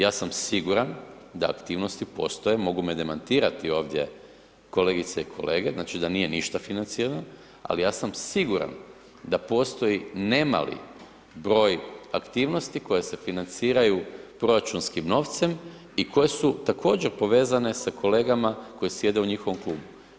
Ja sam siguran da aktivnosti postoje, mogu me demantirati ovdje kolegice i kolege, znači da nije ništa financirano, ali ja sam siguran da postoji ne mali broj aktivnosti koje se financiraju proračunskim novcem i koje su također povezane sa kolegama koji sjede u njihovom klubu.